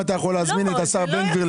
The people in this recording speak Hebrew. אם אתה יכול להזמין לכאן את השר בן גביר.